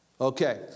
Okay